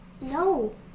No